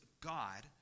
God